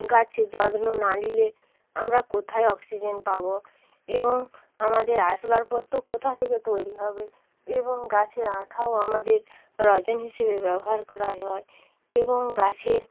গাছে যত্ন না লিলে আমরা কোথায় অক্সিজেন পাবো এবং আমাদের আসবাবপত্র কোথা থেকে তৈরি হবে এবং গাছের আঠাও আমাদের রজন হিসেবে ব্যবহার করাই হয় এবং গাছের